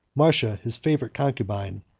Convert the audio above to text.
marcia, his favorite concubine,